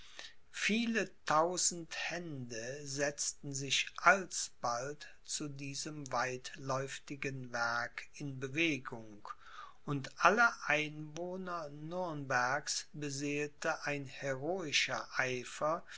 viele tausend hände setzten sich alsbald zu diesem weitläuftigen werk in bewegung und alle einwohner nürnbergs beseelte ein heroischer eifer